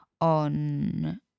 on